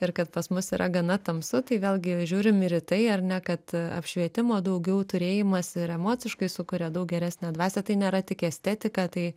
ir kad pas mus yra gana tamsu tai vėlgi žiūrim ir į tai ar ne kad apšvietimo daugiau turėjimas ir emociškai sukuria daug geresnę dvasią tai nėra tik estetika tai